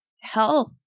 health